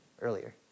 earlier